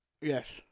Yes